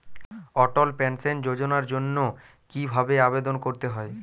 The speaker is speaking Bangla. অটল পেনশন যোজনার জন্য কি ভাবে আবেদন করতে হয়?